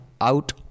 out